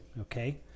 Okay